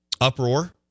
uproar